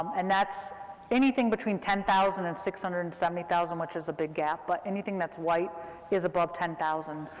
and that's anything between ten thousand and six hundred and seventy thousand, which is a big gap, but anything that's white is above ten thousand.